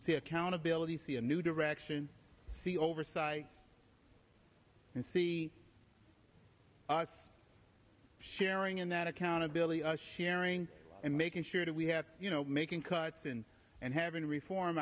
see accountability see a new direction see oversight and see us sharing in that accountability sharing and making sure that we have you know making cuts and and having to reform